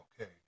Okay